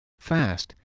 Fast